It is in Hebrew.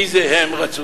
מי זה "הם רצו"?